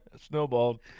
snowballed